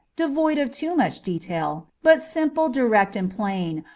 devoid of too much detail, but simple, direct, and plain,